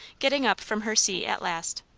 getting up from her seat at last.